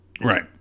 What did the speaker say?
Right